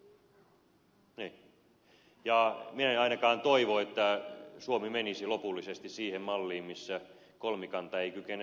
niin ja minä en ainakaan toivo että suomi menisi lopullisesti siihen malliin missä kolmikanta ei kykene sopimaan